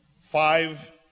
five